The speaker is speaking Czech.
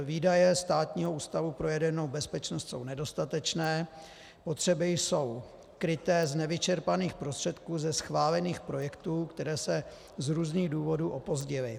Výdaje Státního ústavu pro jadernou bezpečnost jsou nedostatečné, potřeby jsou kryté z nevyčerpaných prostředků ze schválených projektů, které se z různých důvodů opozdily.